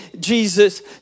Jesus